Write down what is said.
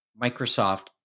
Microsoft